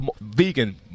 Vegan